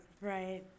Right